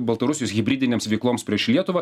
baltarusijos hibridinėms veikloms prieš lietuvą